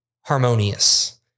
harmonious